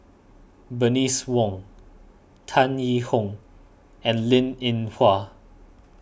Bernice Wong Tan Yee Hong and Linn in Hua